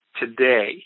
today